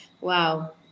Wow